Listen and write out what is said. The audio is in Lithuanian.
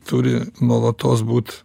turi nuolatos būt